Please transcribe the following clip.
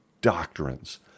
doctrines